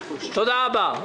תודה רבה.